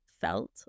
felt